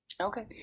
Okay